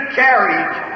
carriage